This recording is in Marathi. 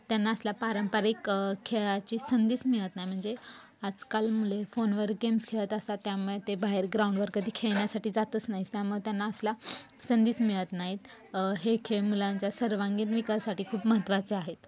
त्यांना असला पारंपरिक खेळाची संधीच मिळत नाही म्हणजे आजकाल मुले फोनवर गेम्स खेळत असतात त्यामुळे ते बाहेर ग्राउंडवर कधी खेळण्यासाठी जातच नाहीत त्यामुळे त्यांना असला संधीच मिळत नाहीत हे खेळ मुलांच्या सर्वांगीण विकाससाठी खूप महत्त्वाचे आहेत